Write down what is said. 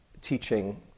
teaching